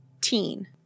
teen